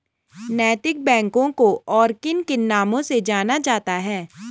नैतिक बैंकों को और किन किन नामों से जाना जाता है?